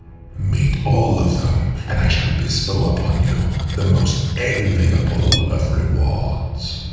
meet all of them, and i shall bestow upon you, the most enviable of rewards.